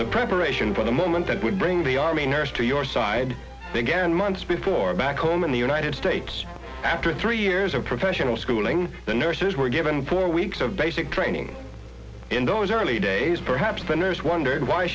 the preparation for the moment that would bring the army nurse to your side began months before back home in the united states after three years of professional schooling the nurses were given four weeks of basic training in those early days perhaps the nurse wondered why